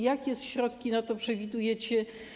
Jakie środki na to przewidujecie?